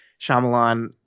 Shyamalan